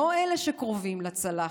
לא אלה שקרובים לצלחת.